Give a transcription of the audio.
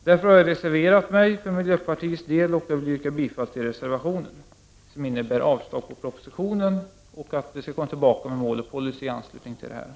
Miljöpartiet har på grund av detta reserverat sig, och jag vill yrka bifall till reservationen som innebär avslag på propositionen och som innebär att vi senare skall komma tillbaka till frågan om mål och policy.